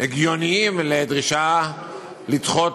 הגיוניים לדרישה לדחות